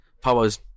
Power's